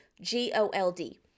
G-O-L-D